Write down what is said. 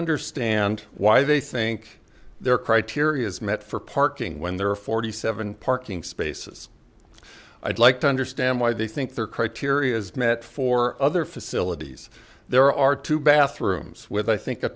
understand why they think their criteria is met for parking when there are forty seven parking spaces i'd like to understand why they think their criteria is met for other facilities there are two bathrooms with i think a